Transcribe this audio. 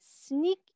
sneak